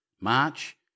March